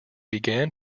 began